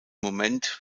moment